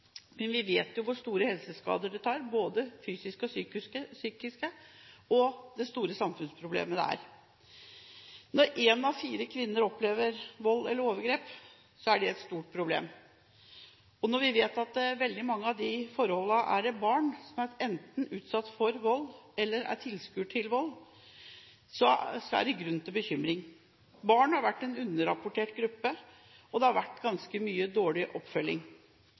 Men vi vet hvor store helseskader det gir, både fysiske og psykiske, og hvor stort samfunnsproblem det er. Når én av fire kvinner opplever vold eller overgrep, er det et stort problem. Når vi vet at i veldig mange av disse forholdene er det barn som enten er utsatt for vold eller tilskuere til vold, er det grunn til bekymring. Barn har vært en underrapportert gruppe, og det har vært ganske mye dårlig oppfølging.